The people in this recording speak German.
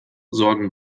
sorgen